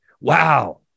wow